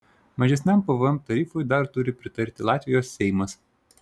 mažesniam pvm tarifui dar turi pritarti latvijos seimas